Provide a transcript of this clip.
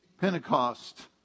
Pentecost